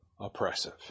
oppressive